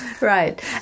Right